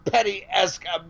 Petty-esque